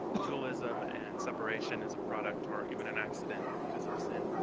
dualism and separation is a product or even an accident because of sin,